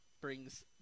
brings